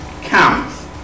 counts